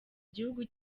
gihugu